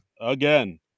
again